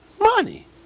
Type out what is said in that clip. money